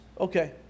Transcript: okay